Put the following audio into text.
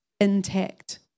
intact